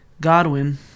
Godwin